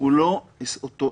הוא לא אותו הסדר.